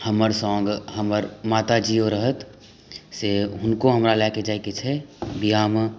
हमर सङ्ग हमर माताजिओ रहत से हुनको हमरा लऽके जाइके छै बिआहमे